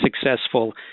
successful